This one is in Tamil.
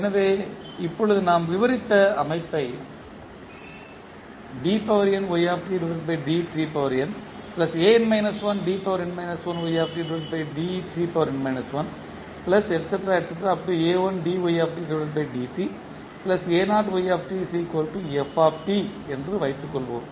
எனவே இப்போது நாம் விவரித்த அமைப்பை என்று வைத்துக்கொள்வோம்